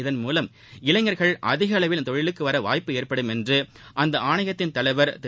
இதன் மூலம் இளைஞர்கள் அதிகளவில் இந்த தொழிலுக்கு வரவாய்ப்பு ஏற்படும் என்று அந்த ஆணையத்தின் தலைவர் திரு